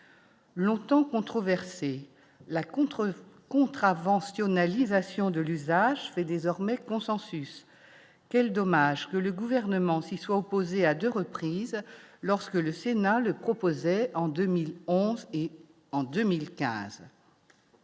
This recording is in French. longtemps controversée, la contre-contravention n'a livré à Sion de l'usage fait désormais consensus quel dommage que le gouvernement s'y soit opposés à 2 reprises, lorsque le Sénat le proposait en 2011 et en 2015